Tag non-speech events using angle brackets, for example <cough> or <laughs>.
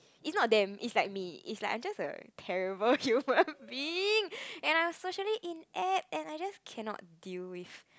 is not them is like me is like I was just like a terrible human <laughs> being and I was just socially in apps and I just cannot deal with